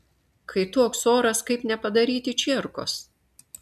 kai toks oras kaip nepadaryti čierkos